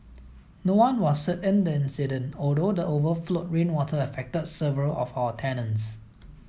no one was hurt in the incident although the overflowed rainwater affected several of our tenants